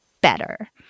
better